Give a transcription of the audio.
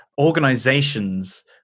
organizations